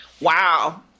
Wow